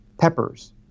peppers